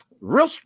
Real